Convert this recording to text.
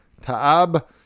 Taab